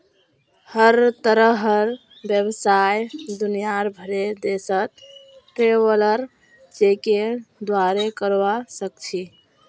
हर तरहर व्यवसाय दुनियार भरेर देशत ट्रैवलर चेकेर द्वारे करवा सख छि